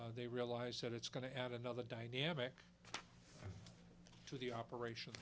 they realize that it's going to add another dynamic to the operation